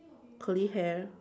curly hair